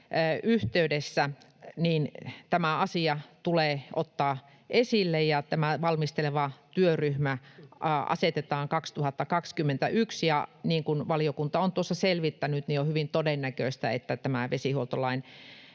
yhteydessä tämä asia tulee ottaa esille ja tämä valmisteleva työryhmä asetetaan 2021. Ja niin kuin valiokunta on tuossa selvittänyt, on hyvin todennäköistä, että tämä vesihuoltolain